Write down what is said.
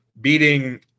beating